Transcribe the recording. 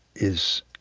is